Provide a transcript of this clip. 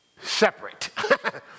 Separate